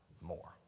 more